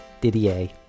Didier